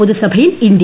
പൊതുസഭയിൽ India